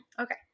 Okay